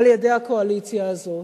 על-ידי הקואליציה הזאת.